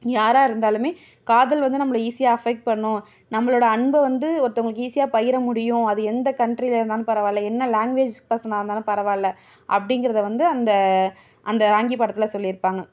யாராக இருந்தாலுமே காதல் வந்து நம்மளை ஈஸியாக அஃபெக்ட் பண்ணும் நம்மளோடய அன்பை வந்து ஒருத்தவங்களுக்கு ஈஸியாக பகிர முடியும் அது எந்த கண்ட்ரியில் இருந்தாலும் பரவாயில்ல என்ன லேங்க்வேஜ் பர்ஸனாக இருந்தாலும் பரவாயில்ல அப்படிங்கிறத வந்து அந்த அந்த ராங்கி படத்தில் சொல்லியிருப்பாங்க